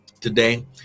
today